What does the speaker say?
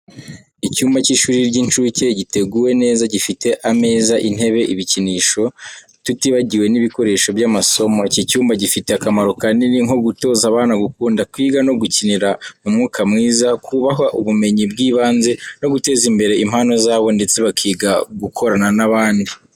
Icyumba cy’ishuri ry’incuke giteguwe neza, gifite ameza, intebe, ibikinisho, tutibagiwe n'ibikoresho by’amasomo. Iki cyumba gifite akamaro kanini nko gutoza abana gukunda kwiga no gukinira mu mwuka mwiza, kubaha ubumenyi bw’ibanze no guteza imbere impano zabo ndetse bakiga gukorana n’abandi.